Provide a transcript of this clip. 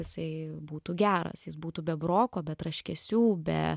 jisai būtų geras jis būtų be broko be traškesių be